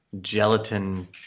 gelatin